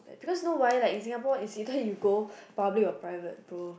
because know why like in Singapore it's either you go public or private